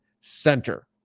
center